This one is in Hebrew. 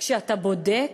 כשאתה בודק,